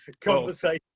conversation